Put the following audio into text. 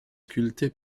sculpté